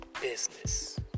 business